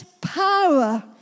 power